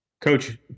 Coach